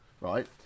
right